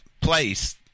place